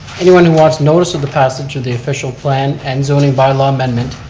anyone who wants notice of the passage of the official plan, end zoning bylaw amendment,